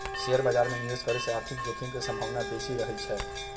share बाजार में निवेश करे से आर्थिक जोखिम के संभावना बेशि रहइ छै